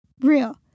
real